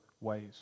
ways